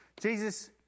Jesus